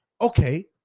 Okay